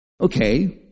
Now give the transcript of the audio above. Okay